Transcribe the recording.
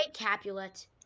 Capulet